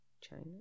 China